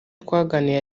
twaganiriye